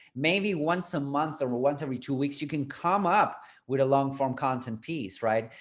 maybe once a month, or once every two weeks, you can come up with a long form content piece, right?